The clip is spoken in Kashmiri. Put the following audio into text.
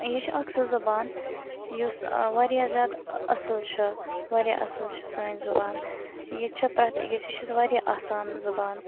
یہِ چھِ اَکھ سُہ زبان یُس واریاہ زیادٕ اصٕل چھے واریاہ اصٕل چھِ سٲنۍ زبان یہِ چھے پرٮ۪تھ أکِس یہِ چھِ واریاہ آسان زبان